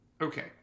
Okay